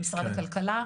במשרד הכלכלה.